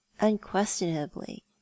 unquestionably